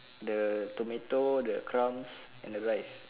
the tomato the crump and the rice